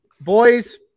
Boys